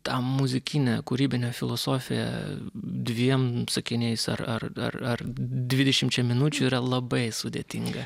tą muzikinę kūrybinę filosofiją dviem sakiniais ar ar ar ar dvidešimčia minučių yra labai sudėtinga